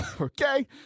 okay